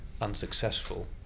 unsuccessful